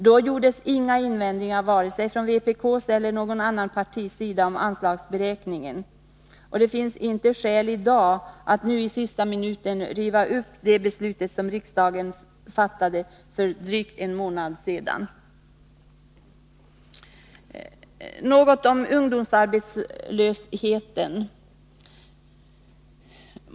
Då gjordes inga invändningar vare sig från vpk:s eller något annat partis sida mot anslagsberäkningen. Det finns inte skäl att nu i sista minuten riva upp det beslut som riksdagen fattade för drygt en månad sedan. Sedan några ord om ungdomsarbetslösheten.